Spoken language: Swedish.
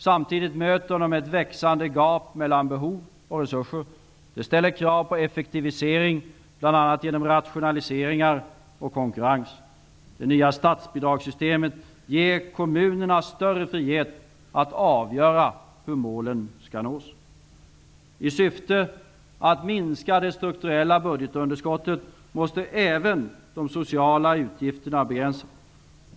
Samtidigt möter de ett växande gap mellan behov och resurser. Detta ställer krav på en effektivisering bl.a. genom rationaliseringar och konkurrens. Det nya statsbidragssystemet ger kommunerna större frihet att avgöra hur målen skall nås. I syfte att minska det strukturella budgetunderskottet måste även de sociala utgifterna begränsas.